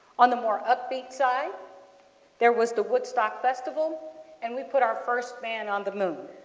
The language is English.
on the more upbeat side there was the woodstock festival and we put our first man on the moon.